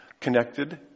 connected